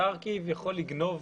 אפשר כביכול לגנוב